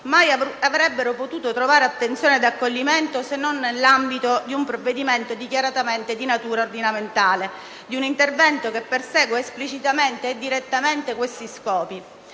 mai avrebbero potuto trovare attenzione ed accoglimento se non nell'ambito di un provvedimento dichiaratamente di natura ordinamentale, di un intervento che persegue esplicitamente e direttamente questi scopi.